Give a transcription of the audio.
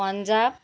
Punjab